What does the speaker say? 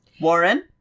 Warren